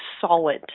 solid